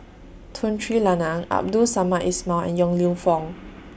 Tun Sri Lanang Abdul Samad Ismail and Yong Lew Foong